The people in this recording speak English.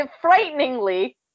frighteningly